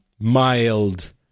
mild